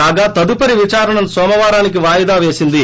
కాగా తదుపరి విదారణను నోమ వారానికి వాయిదా పేసింది